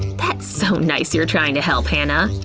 that's so nice, you're trying to help, hannah!